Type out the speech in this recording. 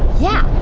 yeah.